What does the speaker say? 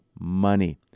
money